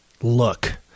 look